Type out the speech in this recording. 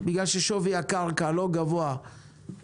בגלל ששווי הקרקע לא גבוה,